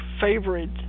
favorite